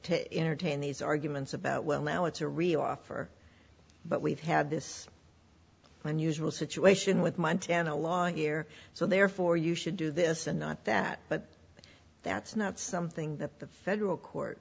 to entertain these arguments about well now it's a real offer but we've had this when usual situation with montana law here so therefore you should do this and not that but that's not something that the federal court